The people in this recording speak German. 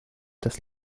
das